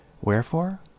Wherefore